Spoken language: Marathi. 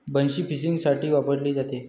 बन्सी फिशिंगसाठी वापरली जाते